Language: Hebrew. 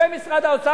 במשרד האוצר,